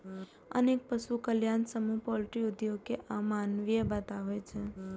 अनेक पशु कल्याण समूह पॉल्ट्री उद्योग कें अमानवीय बताबै छै